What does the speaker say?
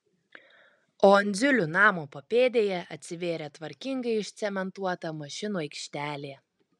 o andziulių namo papėdėje atsivėrė tvarkingai išcementuota mašinų aikštelė